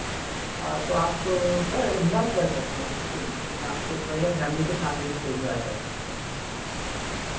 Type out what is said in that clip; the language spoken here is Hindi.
तो आप तो सर इंजॉय कर सकते हो उसको कोई दिक्कत नहीं आप बढ़िया फ़ैमिली के साथ भी इसको इंजॉय कर सकते हो